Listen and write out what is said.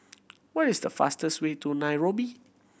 what is the fastest way to Nairobi